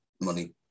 money